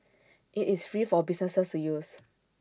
IT is free for businesses to use